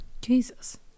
Jesus